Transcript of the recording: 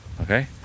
Okay